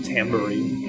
Tambourine